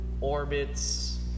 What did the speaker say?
orbits